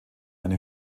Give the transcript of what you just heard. eine